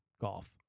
golf